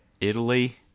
Italy